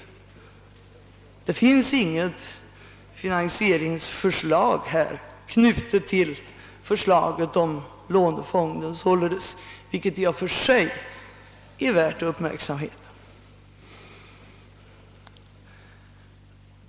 Det finns alltså nu inget finansieringsförslag knutet till förslaget om lånefonden, något som i och för sig är värt uppmärksamhet.